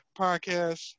podcast